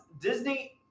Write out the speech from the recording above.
Disney